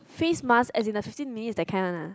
face mask as in the fifteen minutes that kind one lah